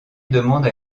demande